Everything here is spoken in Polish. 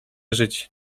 żyć